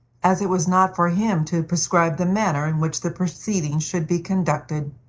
as it was not for him to prescribe the manner in which the proceedings should be conducted.